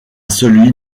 celui